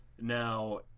Now